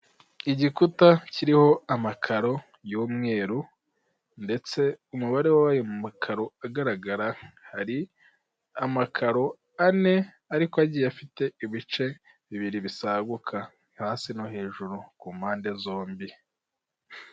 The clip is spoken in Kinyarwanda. Igikuta kiriho amakaro y'umweru ndetse umubare w'ayo makaro agaragara hari amakaro ane ariko agiye afite ibice bibiri bisaguka hasi no hejuru ku mpande zombi.